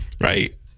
Right